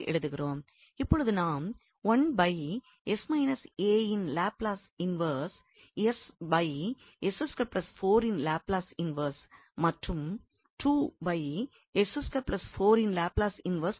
இப்போது நாம் யின் லாப்லஸ் இன்வெர்ஸ் யின் லாப்லஸ் இன்வெர்ஸ் மற்றும் யின் லாப்லஸ் இன்வெர்ஸ் கிடைக்கிறது